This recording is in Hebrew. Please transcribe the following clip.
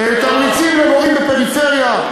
תמריצים למורים בפריפריה,